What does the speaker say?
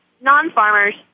non-farmers